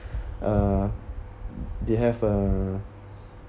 uh they have uh